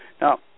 Now